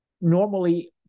normally